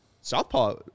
Southpaw